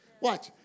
Watch